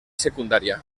secundaria